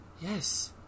Yes